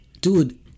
Dude